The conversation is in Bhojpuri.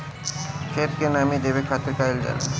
खेत के नामी देवे खातिर का कइल जाला?